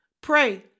Pray